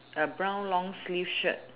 a brown long sleeve shirt